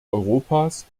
europas